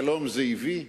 שלום זה הביא?